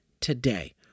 today